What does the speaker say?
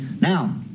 Now